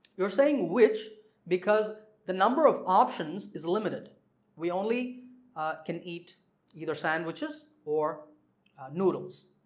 you're saying which because the number of options is limited we only can eat either sandwiches or noodles,